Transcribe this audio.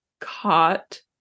caught